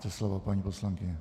Máte slovo, paní poslankyně.